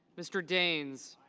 mr. daines.